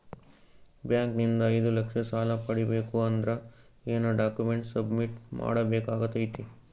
Bank ನಿಂದ ಐದು ಲಕ್ಷ ಸಾಲ ಪಡಿಬೇಕು ಅಂದ್ರ ಏನ ಡಾಕ್ಯುಮೆಂಟ್ ಸಬ್ಮಿಟ್ ಮಾಡ ಬೇಕಾಗತೈತಿ?